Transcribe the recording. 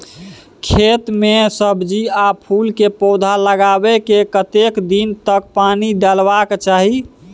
खेत मे सब्जी आ फूल के पौधा लगाबै के कतेक दिन तक पानी डालबाक चाही?